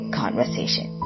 conversation